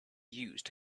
used